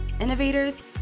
innovators